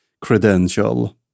credential